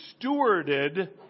stewarded